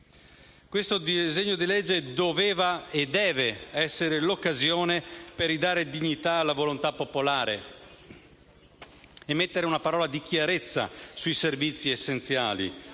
Questo disegno di legge doveva, e deve, essere l'occasione per ridare dignità alla volontà popolare, mettere una parola di chiarezza sui servizi essenziali